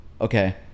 Okay